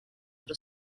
era